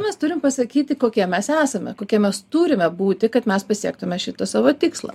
mes turim pasakyti kokie mes esame kokie mes turime būti kad mes pasiektume šitą savo tikslą